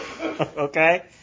Okay